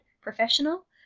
professional